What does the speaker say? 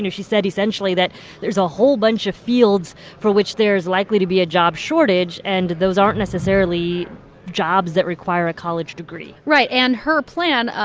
she said essentially that there's a whole bunch of fields for which there's likely to be a job shortage, and those aren't necessarily jobs that require a college degree right. and her plan,